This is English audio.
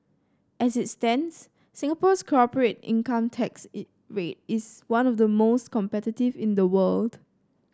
as it stands Singapore's corporate income tax rate is one of the most competitive in the world